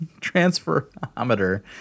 transferometer